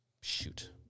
shoot